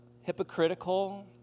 hypocritical